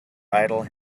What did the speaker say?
idle